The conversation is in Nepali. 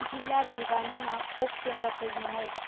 जिल्ला भिबानीमा खोप केन्द्र खोज्नुहोस्